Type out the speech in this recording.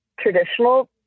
traditional